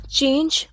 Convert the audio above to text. change